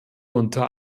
unter